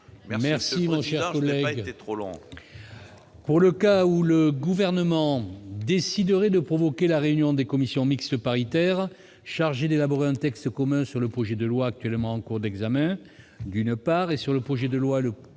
Merci, mon cher collègue